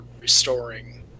restoring